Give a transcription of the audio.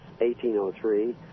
1803